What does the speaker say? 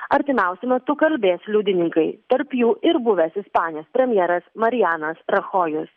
artimiausiu metu kalbės liudininkai tarp jų ir buvęs ispanijos premjeras marijanas rachojus